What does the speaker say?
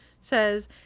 says